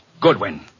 Goodwin